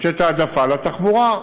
לתת העדפה לתחבורה ציבורית.